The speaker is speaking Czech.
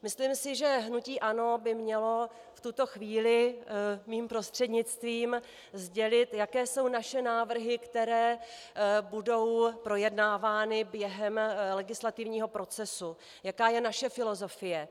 Myslím si, že hnutí ANO by mělo v tuto chvíli mým prostřednictvím sdělit, jaké jsou naše návrhy, které budou projednávány během legislativního procesu, jaká je naše filozofie.